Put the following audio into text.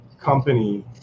company